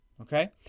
Okay